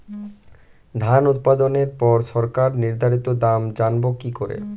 ধান উৎপাদনে পর সরকার নির্ধারিত দাম জানবো কি করে?